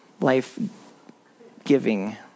life-giving